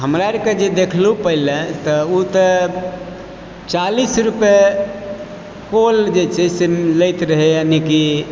हमरा आर के जे देखलहुॅं पहिले तऽ ओ तऽ चालिस रुपैआ काॅल जे छै से लैत रहियै यानि कि